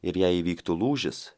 ir jei įvyktų lūžis